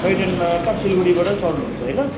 toy ट्रेनमा कहाँ सिलगढीबाट चढ्नुहुन्छ होइन